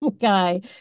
guy